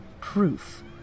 proof